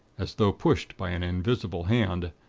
as though pushed by an invisible hand,